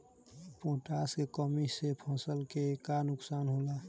Potash के कमी से फसल के का नुकसान होला?